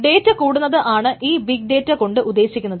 data കൂട്ടുന്നത് ആണ് ഈ ബിഗ് ഡേറ്റ കൊണ്ട് ഉദ്ദേശിക്കുന്നത്